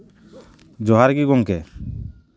ᱡᱚᱦᱟᱨ ᱜᱮ ᱜᱚᱢᱠᱮ